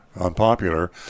unpopular